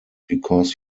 because